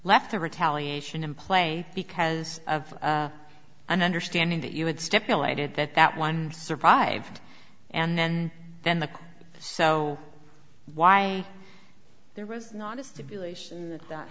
left the retaliation in play because of an understanding that you had stipulated that that one survived and then then the so why there was not a stipulation that